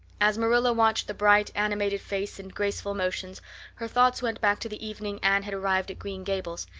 as marilla watched the bright, animated face and graceful motions her thoughts went back to the evening anne had arrived at green gables,